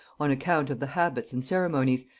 on account of the habits and ceremonies,